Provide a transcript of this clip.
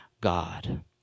God